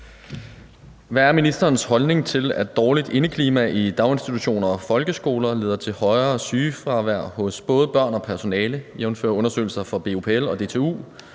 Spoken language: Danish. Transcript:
Hvad er ministerens holdning til, at dårligt indeklima i daginstitutioner og folkeskoler leder til højere sygefravær hos både børn og personale, jf. undersøgelser fra BUPL og DTU,